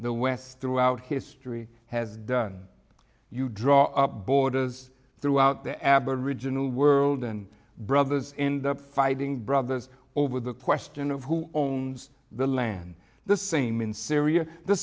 the west throughout history has done you draw borders throughout the aboriginal world and brothers in the fighting brothers over the question of who owns the land the same in syria the